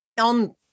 on